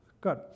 good